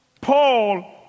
Paul